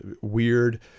weird